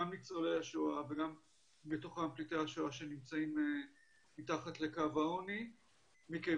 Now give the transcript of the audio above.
גם ניצולי השואה וגם מתוכם פליטי השואה שנמצאים מתחת לקו העוני מכיוון